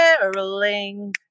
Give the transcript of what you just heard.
caroling